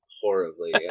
horribly